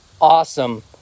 awesome